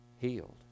healed